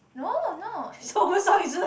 no no is